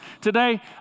today